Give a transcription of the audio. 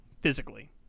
physically